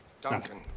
Duncan